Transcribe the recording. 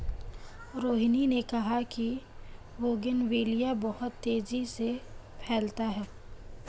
रोहिनी ने कहा कि बोगनवेलिया बहुत तेजी से फैलता है